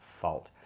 fault